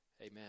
Amen